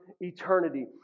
eternity